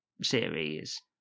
series